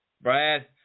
Brad